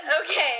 Okay